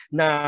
na